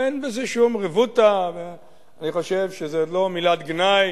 אין בזה שום רבותא, אני חושב שזאת לא מילת גנאי.